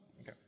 Okay